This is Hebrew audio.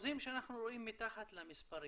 האחוזים שאנחנו רואים מתחת למספרים,